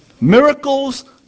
Miracles